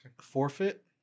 Forfeit